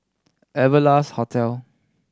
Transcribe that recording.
Wanderlust Hotel